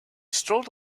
strolled